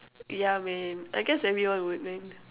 yeah man I guess everyone would man